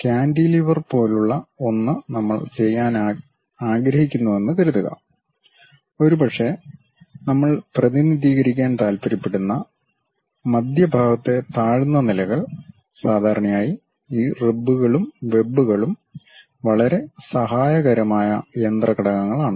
cantilever പോലുള്ള ഒന്ന് നമ്മൾ ചെയ്യാൻ ആഗ്രഹിക്കുന്നുവെന്ന് കരുതുക ഒരുപക്ഷേ നമ്മൾ പ്രതിനിധീകരിക്കാൻ താൽപ്പര്യപ്പെടുന്ന മധ്യഭാഗത്തെ താഴ്ന്ന നിലകൾ സാധാരണയായി ഈ റിബുകളും വെബുകളും വളരെ സഹായകരമായ യന്ത്ര ഘടകങ്ങളാണ്